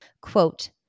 quote